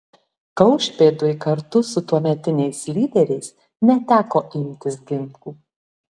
kaušpėdui kartu su tuometiniais lyderiais neteko imtis ginklų